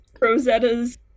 Rosetta's